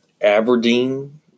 Aberdeen